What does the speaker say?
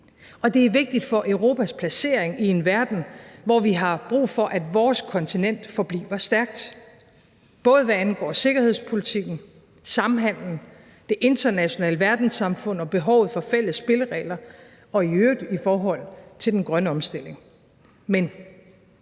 og det er vigtigt for Europas placering i en verden, hvor vi har brug for, at vores kontinent forbliver stærkt, både hvad angår sikkerhedspolitikken, samhandelen, det internationale verdenssamfund og behovet for fælles spilleregler og i øvrigt i forhold til den grønne omstilling. Men